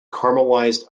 caramelized